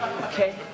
okay